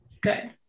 Good